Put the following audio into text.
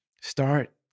Start